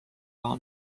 raha